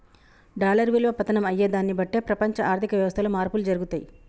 dollar విలువ పతనం అయ్యేదాన్ని బట్టే ప్రపంచ ఆర్ధిక వ్యవస్థలో మార్పులు జరుగుతయి